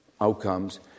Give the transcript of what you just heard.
outcomes